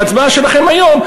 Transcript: בהצבעה שלכם היום,